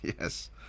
Yes